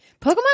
Pokemon